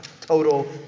Total